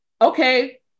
Okay